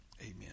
Amen